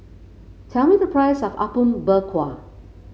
tell me the price of Apom Berkuah